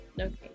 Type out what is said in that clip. okay